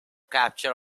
capture